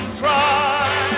try